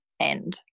end